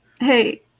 Hey